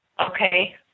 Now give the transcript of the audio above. Okay